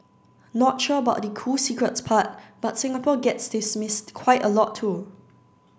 not sure about the cool secrets part but Singapore gets dismissed quite a lot too